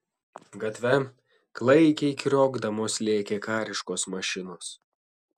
gatve klaikiai kriokdamos lėkė kariškos mašinos